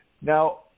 Now